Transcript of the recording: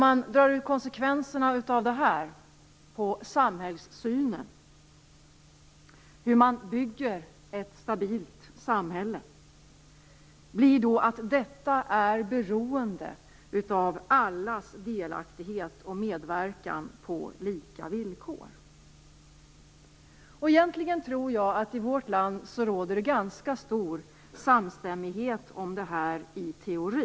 Drar man ut konsekvensen av det här på samhällssynen, synen på hur man bygger ett stabilt samhälle, leder det till en strävan efter allas delaktighet och medverkan på lika villkor. Egentligen tror jag att det i vårt land råder ganska stor samstämmighet om detta i teorin.